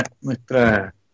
nuestra